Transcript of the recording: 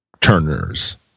turners